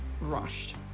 rushed